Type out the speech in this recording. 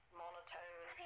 monotone